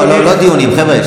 לא, לא דיונים, חבר'ה.